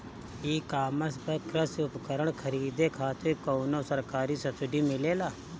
ई कॉमर्स पर कृषी उपकरण खरीदे खातिर कउनो सरकारी सब्सीडी मिलेला?